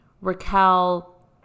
Raquel